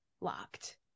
locked